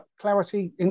clarity